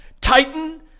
Titan